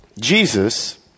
Jesus